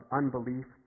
unbelief